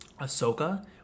Ahsoka